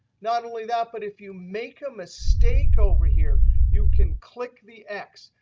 not only that, but if you make a mistake over here you can click the x.